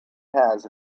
has